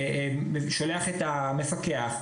שולח את המפקח,